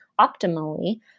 optimally